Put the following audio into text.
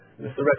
Mr